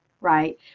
right